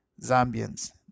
Zambians